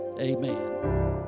Amen